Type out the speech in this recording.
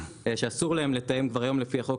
שאסור להם לתאם דברים לפי החוק,